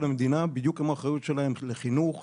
המדינה בדיוק כמו האחריות שלה לחינוך,